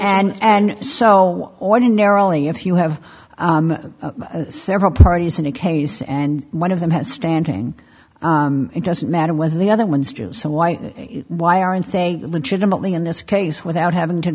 and and so ordinarily if you have several parties in a case and one of them has standing it doesn't matter whether the other ones do so why why aren't they legitimately in this case without having to